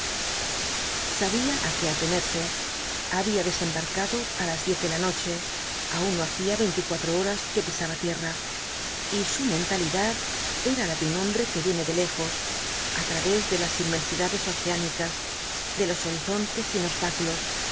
sabía á qué atenerse había desembarcado á las diez de la noche aun no hacía veinticuatro horas que pisaba tierra y su mentalidad era la de un hombre que viene de lejos á través de las inmensidades oceánicas de los horizontes sin obstáculos